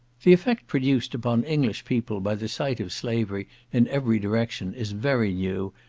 the effect produced upon english people by the sight of slavery in every direction is very new,